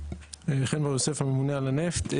חן בר יוסף, הממונה על הנפט.